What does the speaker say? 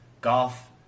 golf